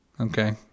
okay